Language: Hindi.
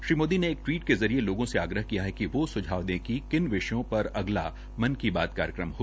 श्री मोदी ने टवीट के जरिये लोगों से आग्रह किया है कि वो सुझाव दे कि किन विषयों पर पर अगला मन की बता कार्यक्रम हो